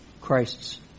Christ's